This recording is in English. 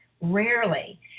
Rarely